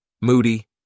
moody